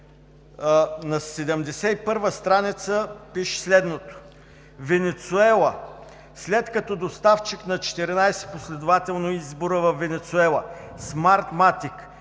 На 71 страница пише следното: „Венецуела. След като е доставчик на 14 последователни избора във Венецуела, от 2018 г.